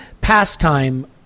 pastime